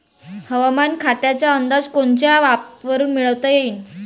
हवामान खात्याचा अंदाज कोनच्या ॲपवरुन मिळवता येईन?